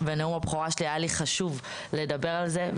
בנאום הבכורה שלי היה לי חשוב לדבר על זה.